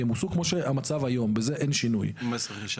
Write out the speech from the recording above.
יחול עליהם מס כמו שהמצב היום.